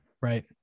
Right